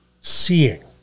seeing